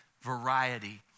variety